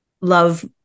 love